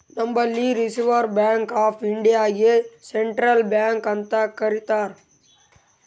ನಂಬಲ್ಲಿ reserve bank of ಇಂಡಿಯಾಗೆ central bank ಅಂತ್ ಕರಿತಾರ್